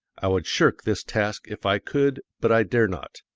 i would shirk this task if i could, but i dare not.